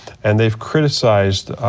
and they've criticized,